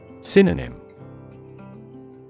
Synonym